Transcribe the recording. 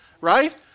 right